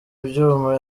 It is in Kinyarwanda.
ibyuma